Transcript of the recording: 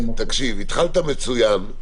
התחלת מצוין,